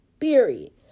Period